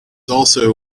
also